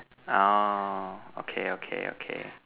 orh okay okay okay